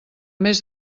més